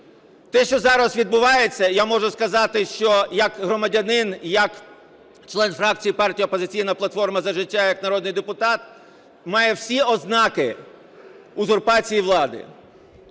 Те, що зараз відбувається, я можу сказати, що як громадянин, як член фракції партія "Опозиційна платформа – За життя", як народний депутат має всі ознаки узурпації влади.